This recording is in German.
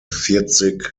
vierzig